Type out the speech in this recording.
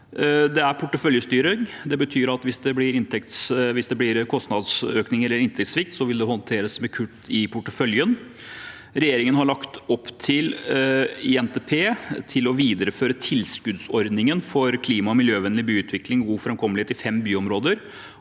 porteføljestyring. Det betyr at hvis det blir kostnadsøkninger eller inntektssvikt, vil det håndteres ved kutt i porteføljen. Regjeringen har i NTP lagt opp til å videreføre tilskuddsordningen for klima- og miljøvennlig byutvikling og god framkommelighet i fem byområder.